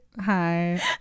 hi